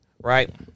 right